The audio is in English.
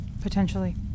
Potentially